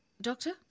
Doctor